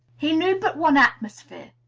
he knew but one atmosphere,